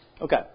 Okay